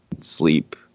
sleep